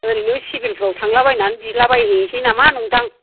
ओरैनो सिभिल फोराव थांला बायनानै बिलाबायहैनोसै नामा सानदों आं